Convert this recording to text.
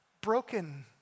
broken